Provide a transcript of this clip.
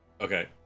Okay